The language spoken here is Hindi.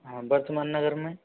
हां बर्तमान नगर में